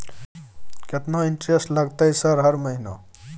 केतना इंटेरेस्ट लगतै सर हर महीना?